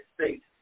state